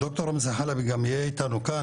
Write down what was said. ד"ר רמזי חלבי גם יהיה איתנו כאן,